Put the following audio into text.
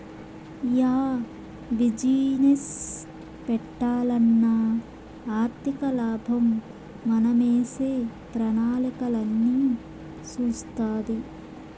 yeah business పెట్టాలన్నా ఆర్థికలాభం మనమేసే ప్రణాళికలన్నీ సూస్తాది